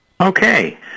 Okay